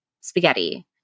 spaghetti